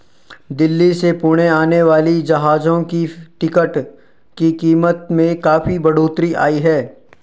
दिल्ली से पुणे आने वाली जहाजों की टिकट की कीमत में काफी बढ़ोतरी आई है